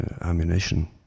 ammunition